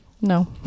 No